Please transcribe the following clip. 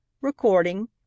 Recording